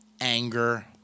anger